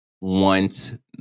want